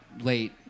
late